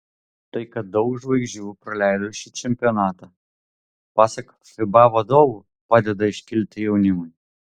tai kad daug žvaigždžių praleido šį čempionatą pasak fiba vadovų padeda iškilti jaunimui